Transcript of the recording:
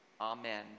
Amen